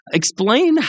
explain